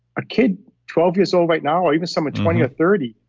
a kid twelve years old right now or even someone twenty or thirty,